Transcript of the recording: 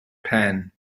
pen